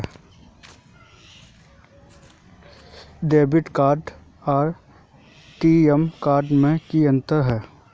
Debit card आर ATM card में की अंतर है?